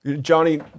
Johnny